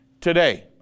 Today